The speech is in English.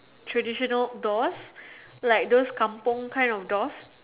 traditional doors like those kampung kind of doors